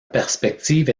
perspective